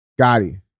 Gotti